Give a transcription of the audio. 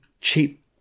Cheap